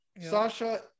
Sasha